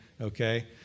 okay